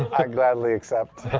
i gladly accept.